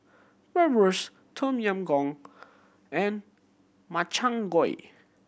Bratwurst Tom Yam Goong and Makchang Gui